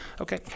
Okay